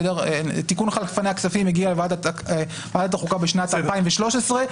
תיקון חלפני הכספים הגיע לוועדת החוקה בשנת 2013,